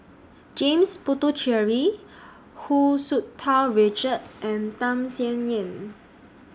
James Puthucheary Hu Tsu Tau Richard and Tham Sien Yen